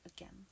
again